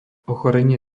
ochorenie